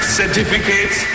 certificates